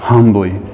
Humbly